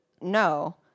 no